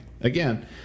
again